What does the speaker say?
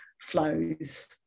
flows